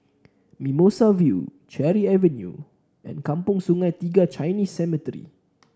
Mimosa View Cherry Avenue and Kampong Sungai Tiga Chinese Cemetery